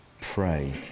Pray